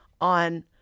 on